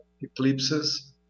eclipses